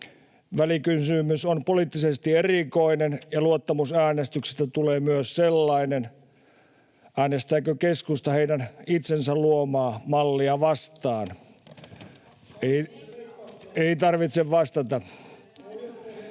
Välikysymys on poliittisesti erikoinen, ja luottamusäänestyksestä tulee myös sellainen. Äänestääkö keskusta heidän itsensä luomaa mallia vastaan? Ei tarvitse vastata.